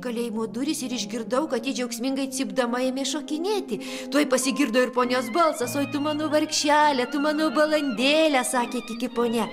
kalėjimo durys ir išgirdau kad ji džiaugsmingai cypdama ėmė šokinėti tuoj pasigirdo ir ponios balsas oi tu mano vargšele tu mano balandėle sakė kiki ponia